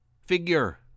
figure